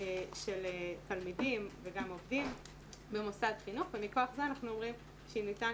של תלמידים וגם עובדים במוסד חינוך ומכוח זה אנחנו אומרים שאם ניתן